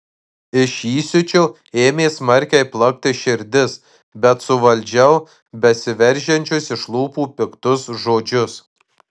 iš įsiūčio ėmė smarkiai plakti širdis bet suvaldžiau besiveržiančius iš lūpų piktus žodžius